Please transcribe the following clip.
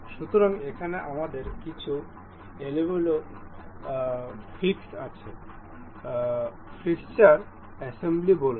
সুতরাং এখানে আমাদের কিছু এলোমেলো ফিক্স আছে ফিক্সচার অ্যাসেম্বলি বলুন